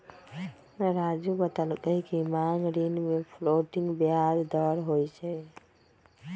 राज़ू बतलकई कि मांग ऋण में फ्लोटिंग ब्याज दर होई छई